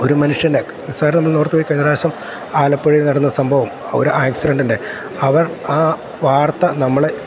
ഒരു മനുഷ്യൻ്റെ നിസാരം എന്നോർത്ത് കഴിഞ്ഞ പ്രാവശ്യം ആലപ്പുഴയിൽ നടന്ന സംഭവം ഒരു ആക്സിഡൻ്റിൻ്റെ അവർ ആ വാർത്ത നമ്മളെ